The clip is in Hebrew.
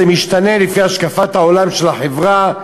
זה משתנה לפי השקפת העולם של החברה,